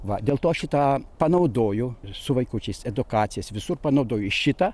va dėl to šitą panaudojo ir su vaikučiais edukacijas visur panaudoju šitą